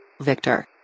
Victor